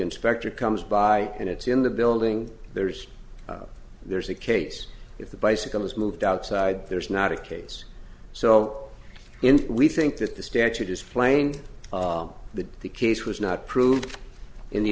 inspector comes by and it's in the building there's there's a case if the bicycle is moved outside there's not a case so in we think that the statute is plain the the case was not proved in the